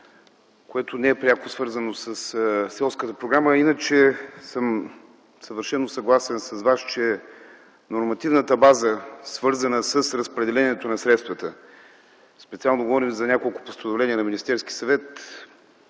което не е пряко свързано със селската програма, а иначе съм съвършено съгласен с Вас, че нормативната база, свързана с разпределението на средствата, специално говоря за няколко постановления на Министерския съвет,